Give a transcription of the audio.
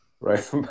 right